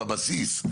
בבסיס.